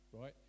right